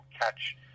catch